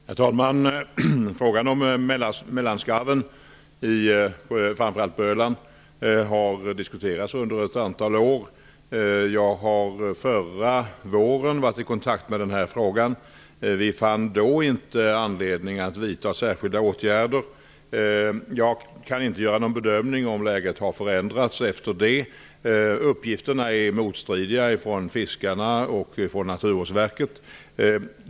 Herr talman! Frågan om mellanskarven på framför allt Öland har diskuterats under ett antal år. Jag kom i kontakt med frågan förra våren. Vi fann då inte anledning att vidta särskilda åtgärder. Jag kan inte göra någon bedömning av om läget har förändrats efter det. Uppgifterna från fiskarna och Naturvårdsverket är motstridiga.